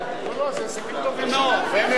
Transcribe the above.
תודה.